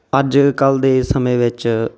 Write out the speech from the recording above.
ਅੱਜ ਕੱਲ੍ਹ ਦੇ ਸਮੇਂ ਵਿੱਚ